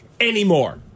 anymore